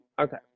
Okay